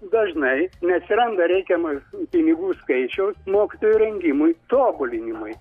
dažnai neatsiranda reikiamo pinigų skaičiaus mokytojų rengimui tobulinimui